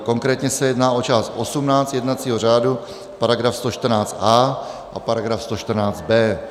Konkrétně se jedná o část 18 jednacího řádu § 114a a § 114b.